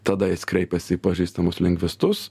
tada jis kreipėsi į pažįstamus lingvistus